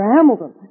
Hamilton